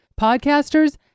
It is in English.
Podcasters